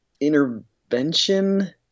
Intervention